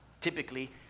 typically